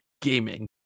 gaming